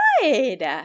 Good